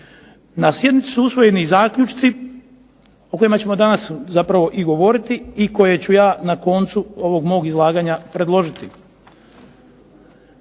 Na sjednici su usvojeni zaključci o kojima ćemo danas zapravo i govoriti i koje ću ja na koncu ovog mog izlaganja predložiti.